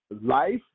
Life